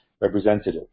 representative